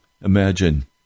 imagine